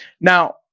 Now